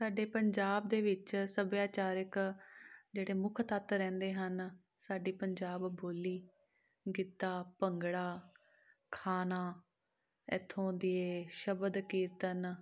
ਸਾਡੇ ਪੰਜਾਬ ਦੇ ਵਿੱਚ ਸੱਭਿਆਚਾਰਕ ਜਿਹੜੇ ਮੁੱਖ ਤੱਤ ਰਹਿੰਦੇ ਹਨ ਸਾਡੀ ਪੰਜਾਬ ਬੋਲੀ ਗਿੱਧਾ ਭੰਗੜਾ ਖਾਣਾ ਇੱਥੋਂ ਦੇ ਸ਼ਬਦ ਕੀਰਤਨ